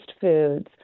foods